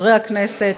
חברי הכנסת,